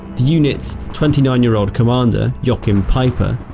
the unit's twenty nine year old commander joachim peiper,